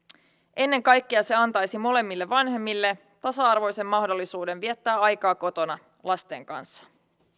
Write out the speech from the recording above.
ennen kaikkea se antaisi molemmille vanhemmille tasa arvoisen mahdollisuuden viettää aikaa kotona lasten kanssa